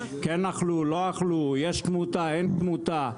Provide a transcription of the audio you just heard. כן אכלו לא אכלו יש תמותה אין תמותה.